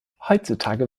heutzutage